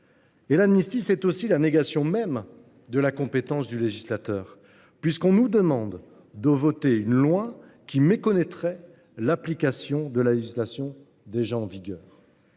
L’amnistie, c’est aussi la négation même de la compétence du législateur. On nous demande en effet de voter un texte qui méconnaîtrait l’application de la législation déjà en vigueur.